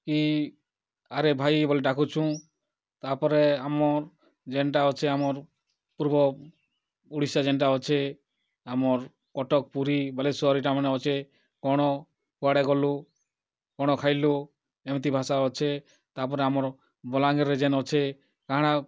କି ଆରେ ଭାଇ ବୋଲି ଡ଼ାକୁଛୁଁ ତା'ର୍ପରେ ଆମର୍ ଯେନ୍ଟା ଅଛେ ଆମର୍ ପୂର୍ବ ଓଡ଼ିଶା ଯେନ୍ଟା ଅଛେ ଆମର୍ କଟକ୍ ପୁରୀ ବାଲେଶ୍ୱର ଇ'ଟାମାନେ ଅଛେ କ'ଣ କୁଆଡ଼େ ଗଲୁ କ'ଣ ଖାଇଲୁ ଏମିତି ଭାଷା ଅଛେ ତା'ର୍ପରେ ଆମର୍ ବଲାଙ୍ଗିର୍ରେ ଯେନ୍ ଅଛେ କା'ଣା